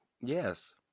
Yes